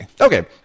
Okay